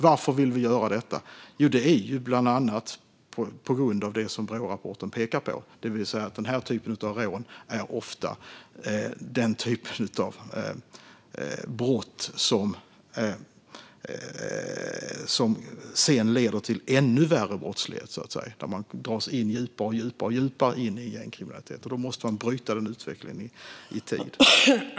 Varför vill vi göra detta? Det är bland annat på grund av det som Brårapporten pekar på, det vill säga att den här typen av rån ofta är den typ av brott som sedan leder till ännu värre brottslighet. Man dras allt djupare in i gängkriminalitet, och denna utveckling måste brytas i tid.